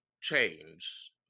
change